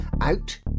Out